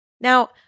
Now